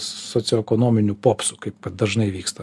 socioekonominiu popsu kaip kad dažnai vyksta